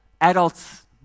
adults